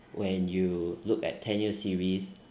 when you look at ten years series